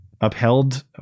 upheld